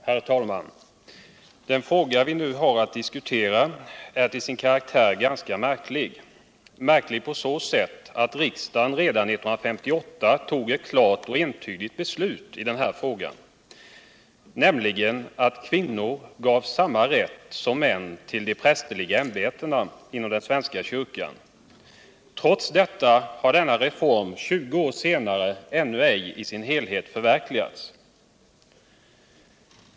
Herr talman! Den fråga som vi nu har att diskutera är till sin karaktär ganska märklig på så sätt att riksdagen redan 1958 tog ett klart och entydigt beslut i denna fråga, nämligen att kvinnor gavs samma rätt som män till de prästerliga ämbetena inom den svenska kyrkan. Trots detta har denna reform 20 år senare ännu ej I sin helhet förverkligats.